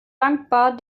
dankbar